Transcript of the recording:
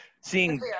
seeing